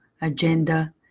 agenda